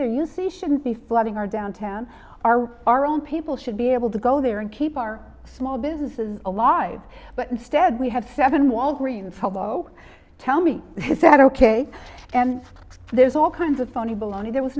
there you see shouldn't be flooding our downtown are our own people should be able to go there and keep our small businesses alive but instead we have seven walgreen's hobo tell me he said ok and there's all kinds of phony baloney there was